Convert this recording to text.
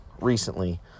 recently